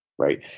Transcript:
Right